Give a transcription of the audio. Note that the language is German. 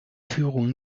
führung